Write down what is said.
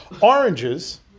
Oranges